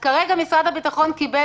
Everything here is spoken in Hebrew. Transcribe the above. היום משרד הביטחון קיבל,